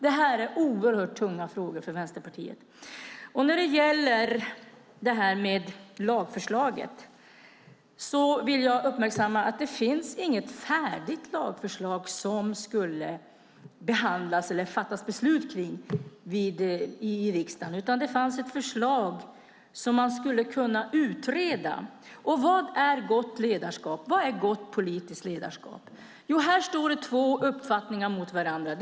Det här är oerhört tunga frågor för Vänsterpartiet. När det gäller lagförslaget vill jag uppmärksamma att det inte finns något färdigt lagförslag som skulle behandlas eller fattas beslut om i riksdagen. Det fanns ett förslag som man skulle kunna utreda. Vad är gott ledarskap? Vad är gott politiskt ledarskap? Här står två uppfattningar mot varandra.